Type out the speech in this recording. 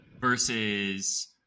versus